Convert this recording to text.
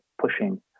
pushing